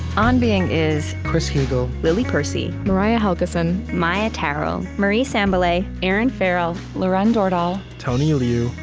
on being is chris heagle, lily percy, mariah helgeson, maia tarrell, marie sambilay, erinn farrell, lauren dordal, tony liu,